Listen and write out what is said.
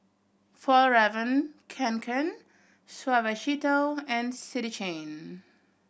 Fjallraven Kanken Suavecito and City Chain